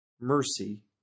Mercy